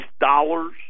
dollars